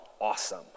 awesome